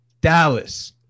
dallas